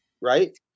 Right